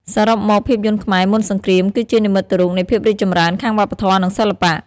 សរុបមក ភាពយន្តខ្មែរមុនសង្គ្រាមគឺជានិមិត្តរូបនៃភាពរីកចម្រើនខាងវប្បធម៌ និងសិល្បៈ។